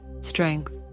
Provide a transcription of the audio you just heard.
strength